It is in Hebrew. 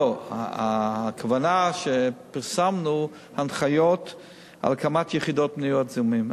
הכוונה שפרסמנו הנחיות על הקמת יחידות למניעת זיהומים.